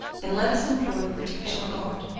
and let us implore the protection of god,